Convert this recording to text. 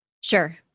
Sure